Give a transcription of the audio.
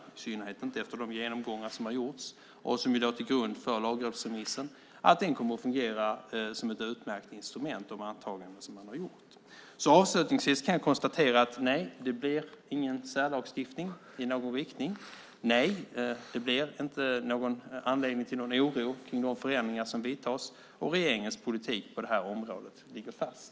Det gäller i synnerhet inte efter de genomgångar som har gjorts och som låg till grund för lagrådsremissen. Den kommer att fungera som ett utmärkt instrument med de antaganden som man har gjort. Jag kan avslutningsvis konstatera: Nej, det blir ingen särlagstiftning i någon riktning. Nej, det blir inte någon anledning till någon oro över de förändringar som vidtas. Regeringens politik på detta område ligger fast.